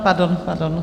Pardon, pardon.